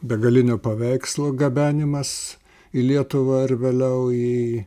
begalinio paveikslų gabenimas į lietuvą ar vėliau į